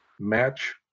match